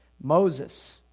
Moses